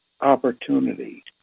opportunity